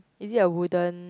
is it a wooden